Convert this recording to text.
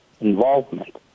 involvement